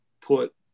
put